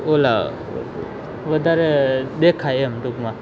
ઓલા વધારે દેખાય એમાં એમ ટૂંકમાં